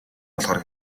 болохоор